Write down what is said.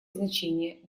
значение